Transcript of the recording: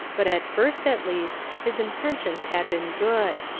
but at first, at least, his intentions had been good.